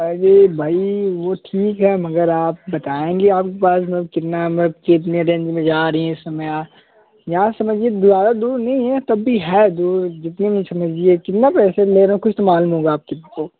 अरे भाई वह ठीक है मगर आप बताएँगे आपके पास कितना मतलब कितने दिन में जा रही हैं इस समय आप यहाँ समझिए ज़्यादा दूर नहीं है तब भी है दूर कितने में समझिए कितने पैसे ले रहे हैं कुछ तो मालूम होगा आपको